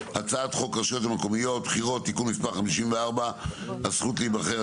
הצעת חוק הרשויות המקומיות (בחירות) (תיקון מס' 54) (הזכות להיבחר),